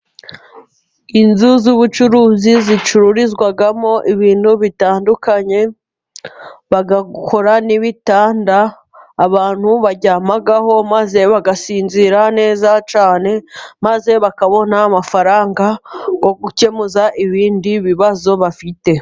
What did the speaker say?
Inzu z'ubucuruzi zicururizwamo ibintu bitandukanye， bagakora n'ibitanda abantu baryamaho， maze bagasinzira neza cyane，maze bakabona amafaranga yo gukemuza ibindi bibazo bafite.